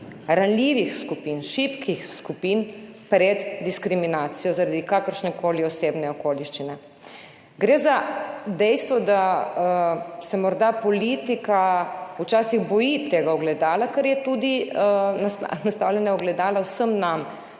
ranljivih skupin, šibkih skupin pred diskriminacijo zaradi kakršnekoli osebne okoliščine. Gre za dejstvo, da se morda politika včasih boji tega ogledala, ker je ogledalo nastavljeno tudi vsem nam,